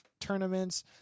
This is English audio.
tournaments